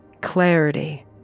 clarity